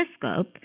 telescope